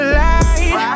light